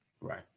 Right